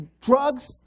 drugs